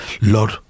lord